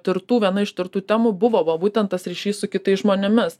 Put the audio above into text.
tirtų viena ištirtų temų buvo va būtent tas ryšys su kitais žmonėmis